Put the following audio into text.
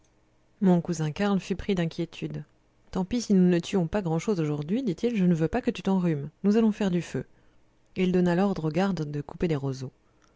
mon cousin karl fut pris d'inquiétude tant pis si nous ne tuons pas grand chose aujourd'hui dit-il je ne veux pas que tu t'enrhumes nous allons faire du feu et il donna l'ordre au garde de couper des roseaux